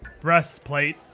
breastplate